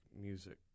music